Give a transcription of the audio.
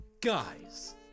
guys